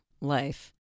life